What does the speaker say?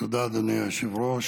תודה, אדוני היושב-ראש.